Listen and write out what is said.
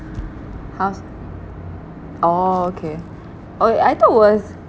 house oh okay oh I thought it was